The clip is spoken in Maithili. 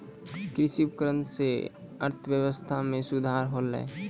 कृषि उपकरण सें अर्थव्यवस्था में सुधार होलय